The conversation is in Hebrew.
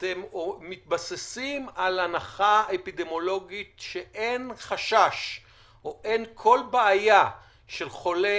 אתם מתבססים על הנחה אפידמיולוגית שאין חשש או אין כל בעיה של אדם